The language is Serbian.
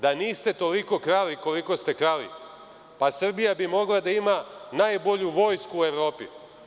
Da niste toliko krali koliko ste krali, Srbija bi mogla da ima najbolju vojsku u Evropi.